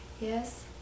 Yes